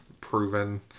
proven